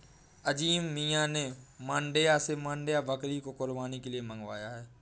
अजीम मियां ने मांड्या से मांड्या बकरी को कुर्बानी के लिए मंगाया है